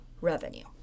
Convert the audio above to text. revenue